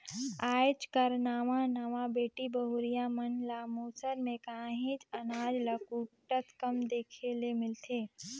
आएज कर नावा नावा बेटी बहुरिया मन ल मूसर में काहींच अनाज ल कूटत कम देखे ले मिलथे